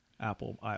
Apple